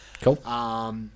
Cool